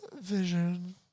vision